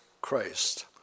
Christ